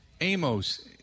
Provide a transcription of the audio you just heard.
Amos